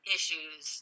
issues